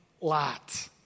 Lot